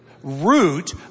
Root